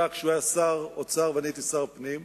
כשהוא היה שר האוצר ואני הייתי שר הפנים,